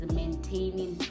maintaining